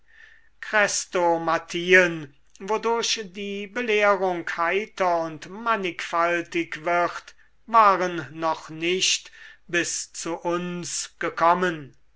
wodurch die belehrung heiter und mannigfaltig wird waren noch nicht bis zu uns gekommen